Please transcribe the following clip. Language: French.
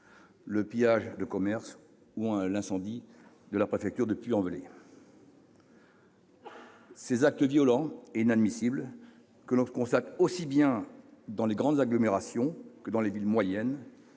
le pillage de commerces ou encore l'incendie de la préfecture du Puy-en-Velay. Ces actes violents et inadmissibles, que l'on constate aussi bien dans les grandes agglomérations que dans les villes moyennes,